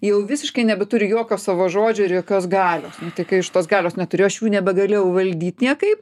jau visiškai nebeturi jokio savo žodžio ir jokios galios tai kai aš tos galios neturėjau aš jų nebegalėjau valdyt niekaip